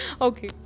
okay